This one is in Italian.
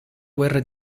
guerra